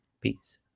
peace